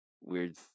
weird